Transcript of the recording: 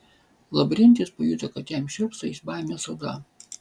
lavrentijus pajuto kad jam šiurpsta iš baimės oda